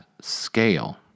scale